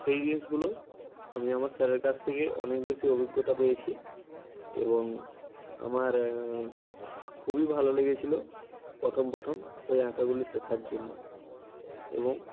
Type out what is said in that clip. সেই জিনিসগুলো আমি আমার স্যারের কাছ থেকে অনেক বেশি অভিজ্ঞতা পেয়েছি এবং আমার খুবই ভালো লেগেছিল প্রথম প্রথম ওই আঁকাগুলি শেখার জন্য এবং